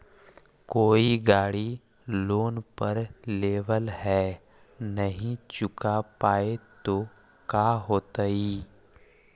कोई गाड़ी लोन पर लेबल है नही चुका पाए तो का होतई?